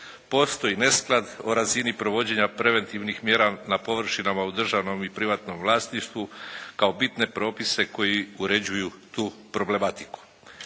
Postoji nesklad o razini provođenja preventivnih mjera na površinama u državnom i privatnom vlasništvu kao bitne propise koji uređuju tu problematiku.